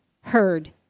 heard